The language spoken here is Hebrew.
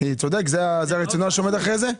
זה הרציונל שעומד מאחורי זה?